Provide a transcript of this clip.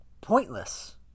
pointless